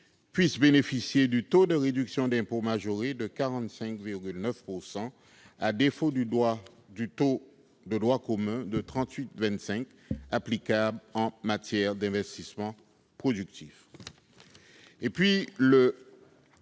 puissent bénéficier du taux de réduction d'impôt majoré de 45,9 % au lieu du taux de droit commun de 38,25 % applicable en matière d'investissement productif.